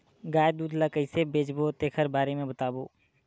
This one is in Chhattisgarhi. गाय दूध ल कइसे बेचबो तेखर बारे में बताओ?